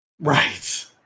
Right